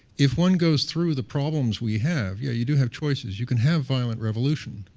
if one goes through the problems we have, yeah, you do have choices. you can have violent revolution.